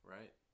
Right